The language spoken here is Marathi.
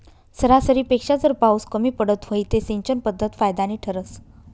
सरासरीपेक्षा जर पाउस कमी पडत व्हई ते सिंचन पध्दत फायदानी ठरस